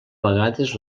vegades